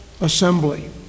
assembly